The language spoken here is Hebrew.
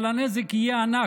אבל הנזק, יהיה ענק".